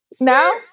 no